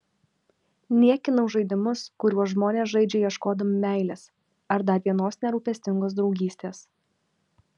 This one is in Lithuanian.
niekinau žaidimus kuriuos žmonės žaidžia ieškodami meilės ar dar vienos nerūpestingos draugystės